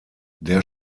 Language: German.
der